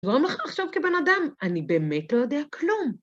גורם לך לחשוב כבן אדם, אני באמת לא יודע כלום.